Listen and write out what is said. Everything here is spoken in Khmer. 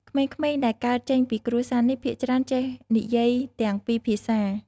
ក្មេងៗដែលកើតចេញពីគ្រួសារនេះ ភាគច្រើនចេះនិយាយទាំងពីរភាសា។